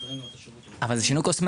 מתגברים גם את --- אבל זה שינוי קוסמטי.